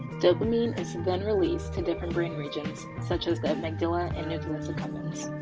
dopamine is then released to different brain regions, such as the amygdala and nucleus accumbens.